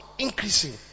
increasing